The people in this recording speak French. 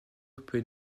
peut